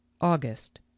august